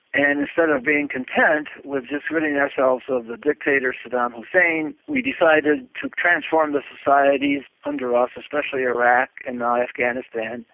and instead of being content with just ridding ourselves of the dictator saddam hussein, we decided to transform the societies under us, especially iraq and now afghanistan,